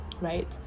right